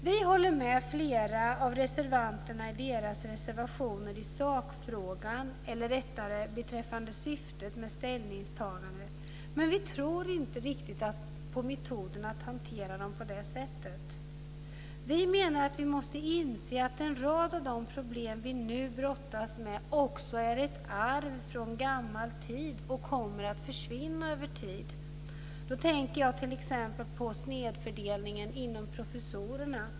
Vi håller med flera av reservanterna i deras reservationer när det gäller sakfrågan, eller rättare beträffande syftet med ställningstagandet. Men vi tror inte riktigt på metoden att hantera dem på det sättet. Vi menar att vi måste inse att en rad av de problem vi nu brottas med också är ett arv från gammal tid och kommer att försvinna över tid. Då tänker jag t.ex. på snedfördelningen inom professorerna.